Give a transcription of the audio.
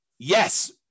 Yes